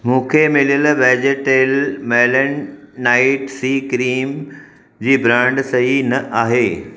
मूंखे मिलियलु वेजेटेल मेलेनाइट सी क्रीम जी ब्रांड सही न आहे